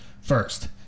first